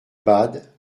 bade